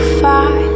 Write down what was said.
far